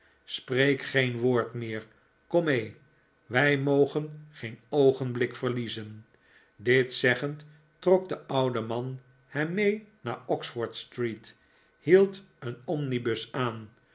spreek geen woord meer kom mee wij mogen geen oogenblik verliezen dit zeggend trok de oude man hem mee naar oxford-street hield een omnibus aan